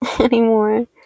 Anymore